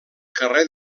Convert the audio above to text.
carrer